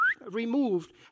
removed